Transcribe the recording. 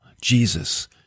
Jesus